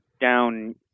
down